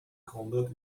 konrad